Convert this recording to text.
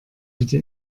bitte